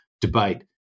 debate